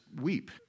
weep